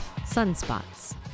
Sunspots